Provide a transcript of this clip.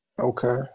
Okay